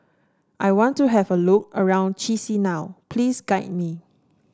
I want to have a look around Chisinau please guide me